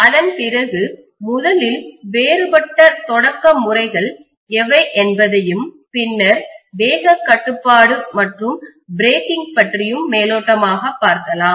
அதன்பிறகு முதலில் வேறுபட்ட தொடக்க முறைகள் எவை என்பதையும் பின்னர் வேகக் கட்டுப்பாடு மற்றும் பிரேக்கிங் பற்றியும் மேலோட்டமாக பார்க்கலாம்